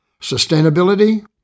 Sustainability